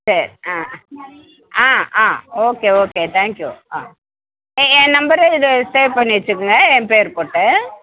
சரி ஆ ஆ ஆ ஓகே ஓகே தேங்க்யூ ஆ ஏ என் நம்பர் இது சேவ் பண்ணி வெச்சுக்கங்க என் பேர் போட்டு